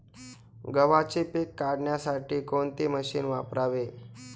गव्हाचे पीक काढण्यासाठी कोणते मशीन वापरावे?